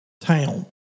town